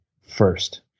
first